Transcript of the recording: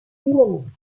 dynamiques